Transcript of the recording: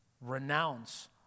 Renounce